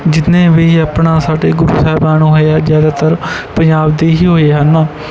ਜਿਤਨੇ ਵੀ ਆਪਣਾ ਸਾਡੇ ਗੁਰੂ ਸਾਹਿਬਾਨ ਹੋਏ ਆ ਜ਼ਿਆਦਾਤਰ ਪੰਜਾਬ ਦੇ ਹੀ ਹੋਏ ਹਨ